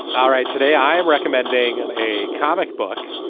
all right. today, i am recommending a comic book.